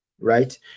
right